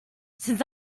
since